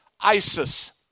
ISIS